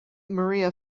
maria